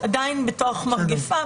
עדיין בתוך מגפה,